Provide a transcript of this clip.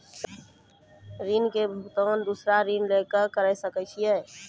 ऋण के भुगतान दूसरा ऋण लेके करऽ सकनी?